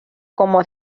como